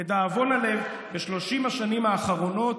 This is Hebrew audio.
לדאבון הלב ב-30 השנים האחרונות